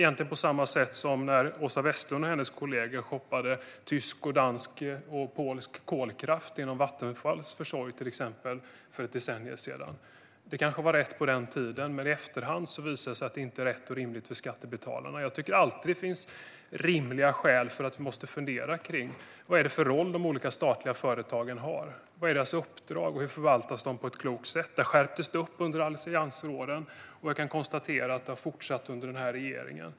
Den föll ut på samma sätt som när Åsa Westlund och hennes kollegor shoppade tysk, dansk och polsk kolkraft genom Vattenfalls försorg för ett decennium sedan. Det kanske var rätt på den tiden, men i efterhand har det visat sig att det inte var rätt och rimligt för skattebetalarna. Jag tycker att det alltid finns rimliga skäl att fundera på vilken roll de olika statliga företagen har. Vad är deras uppdrag, och hur förvaltas de på ett klokt sätt? Det skärptes till under alliansåren, och jag kan konstatera att det har fortsatt under den här regeringen.